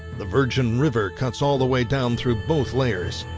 the virgin river cuts all the way down through both layers.